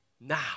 now